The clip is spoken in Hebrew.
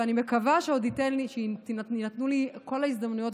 ואני מקווה שעוד יינתנו לי כל ההזדמנויות